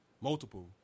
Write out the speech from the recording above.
multiple